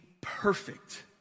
perfect